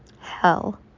hell